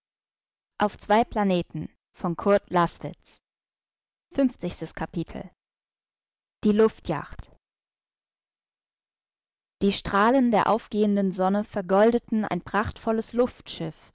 bist hier die luft yacht die strahlen der aufgehenden sonne vergoldeten ein prachtvolles